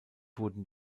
wurden